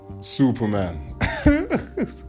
Superman